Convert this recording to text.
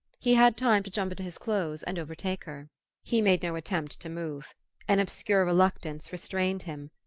he had time to jump into his clothes and overtake her he made no attempt to move an obscure reluctance restrained him.